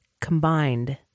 combined